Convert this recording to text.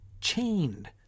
chained